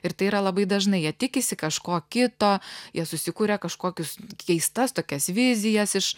ir tai yra labai dažnai jie tikisi kažko kito jie susikuria kažkokius keistas tokias vizijas iš